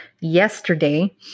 yesterday